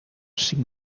cinc